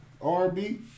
RB